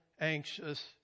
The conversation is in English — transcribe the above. anxious